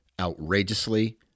outrageously